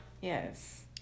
Yes